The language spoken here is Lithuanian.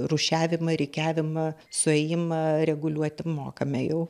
rūšiavimą rikiavimą suėjimą reguliuoti mokame jau